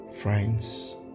friends